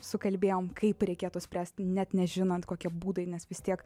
sukalbėjom kaip reikėtų spręst net nežinant kokie būdai nes vis tiek